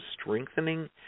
strengthening